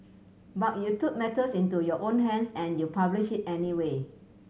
but you took matters into your own hands and you published it anyway